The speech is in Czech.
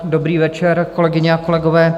Dobrý večer, kolegyně a kolegové.